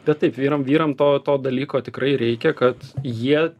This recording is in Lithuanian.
bet taip vyram vyram to dalyko tikrai reikia kad jie